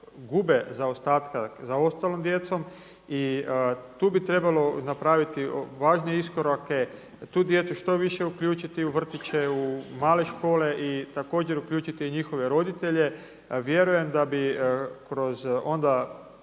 gube zaostatke za ostalom djecom i tu bi trebalo napraviti važnije iskorake, tu djecu što više uključiti u vrtiće, u male škole i također uključiti i njihove roditelje. Vjerujem da bi kroz onda